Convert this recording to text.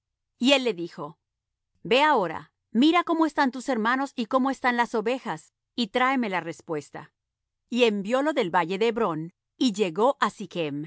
y él le dijo ve ahora mira cómo están tus hermanos y cómo están las ovejas y tráeme la respuesta y enviólo del valle de hebrón y llegó á